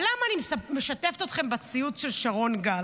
אבל למה אני משתפת אתכם בציוץ של שרון גל?